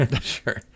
sure